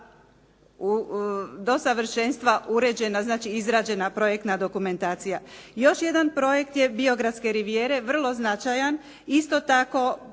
do savršenstva uređena, znači izrađena projektna dokumentacija. Još jedan projekt je biogradske rivijere vrlo značajan. Isto tako,